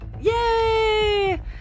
Yay